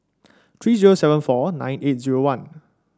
three zero seven four nine eight zero one